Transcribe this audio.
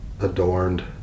adorned